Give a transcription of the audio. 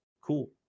cool